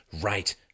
right